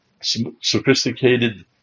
sophisticated